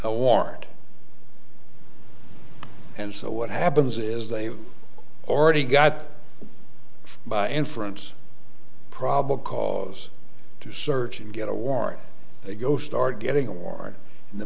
a warrant and so what happens is they've already got by inference probable cause to search and get a warrant they go start getting a warrant in the